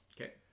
Okay